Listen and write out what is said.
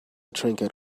trinket